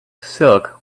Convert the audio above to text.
silk